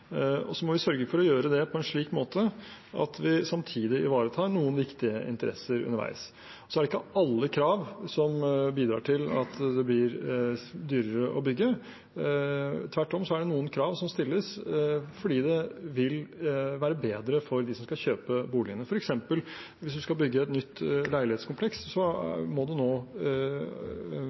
Vi må sørge for å gjøre det på en slik måte at vi samtidig ivaretar noen viktige interesser underveis. Så er det ikke alle krav som bidrar til at det blir dyrere å bygge, tvert om er det noen krav som stilles fordi det vil være bedre for dem som kjøper boligene. Hvis man f.eks. skal bygge et nytt leilighetskompleks, må man allerede når man fører opp bygget, legge opp til at det